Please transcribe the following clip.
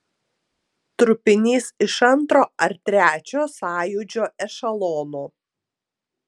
trupinys iš antro ar trečio sąjūdžio ešelono